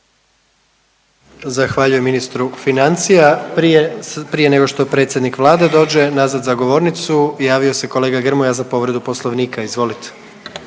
Zahvaljujem ministru financija. Prije nego što predsjednik Vlade dođe nazad za govornicu javio se kolega Grmoja za povredu Poslovnika. Izvolite.